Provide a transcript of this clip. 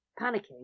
panicking